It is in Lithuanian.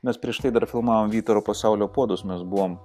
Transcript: mes prieš tai dar filmavom vytaro pasaulio puodus mes buvom